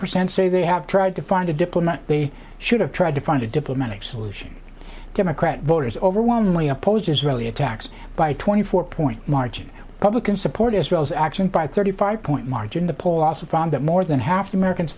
percent say they have tried to find a diplomat they should have tried to find a diplomatic solution democrat voters overwhelmingly opposed israeli attacks by twenty four point margin public in support israel's action by thirty five point margin the poll also found that more than half the americans